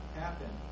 happen